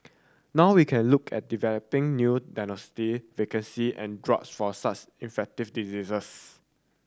now we can look at developing new diagnostic vaccine and drugs for such infectious diseases